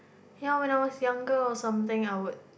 ya when I was younger or something I would